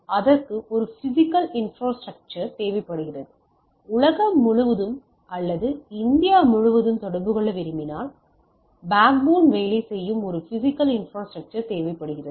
ஆனால் அதற்கு ஒரு பிஸிக்கல் இன்ஃப்ரா ஸ்ட்ரக்சர் தேவைப்படுகிறது உலகம் முழுவதும் அல்லது இந்தியா முழுவதும் தொடர்பு கொள்ள விரும்பினால் பேக் போன் வேலை செய்யும் ஒரு பிஸிக்கல் இன்ஃப்ரா ஸ்ட்ரக்சர் தேவைப்படுகிறது